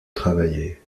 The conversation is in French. travailler